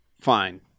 fine